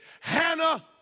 Hannah